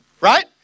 right